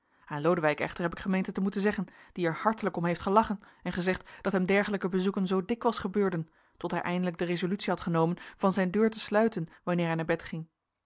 aan lodewijk echter heb ik gemeend het te moeten zeggen die er hartelijk om heeft gelachen en gezegd dat hem dergelijke bezoeken zoo dikwijls gebeurden tot hij eindelijk de resolutie had genomen van zijn deur te sluiten wanneer hij naar bed ging